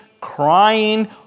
crying